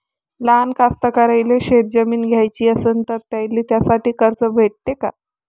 लहान कास्तकाराइले शेतजमीन घ्याची असन तर त्याईले त्यासाठी कर्ज भेटते का?